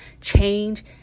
change